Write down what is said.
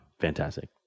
Fantastic